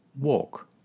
walk